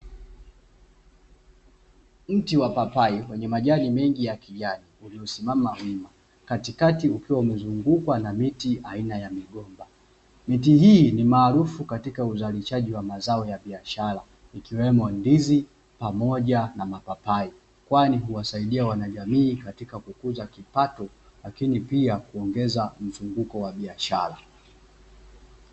Mti wa papai wenye majani mengi ya kijani uliosimama wima, katikati ukiwa umezungukwa na miti aina ya migomba. Miti hii ni maarufu katika uzalishaji wa mazao ya biashara, ikiwemo ndizi pamoja na mapapai, kwani huwasaidia wanajamii katika kukuza kipato lakini pia kuongeza mzunguko wa biashara.